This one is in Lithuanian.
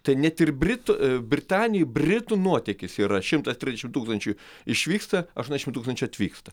tai net ir britų britanijai britų nuotėkis yra šimtas trisdešimt tūkstančių išvyksta aštuoniasdešimt tūkstančių atvyksta